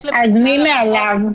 אז, מי נמצא מעליו?